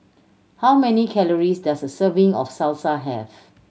how many calories does a serving of Salsa have